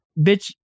bitch